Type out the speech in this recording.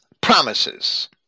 promises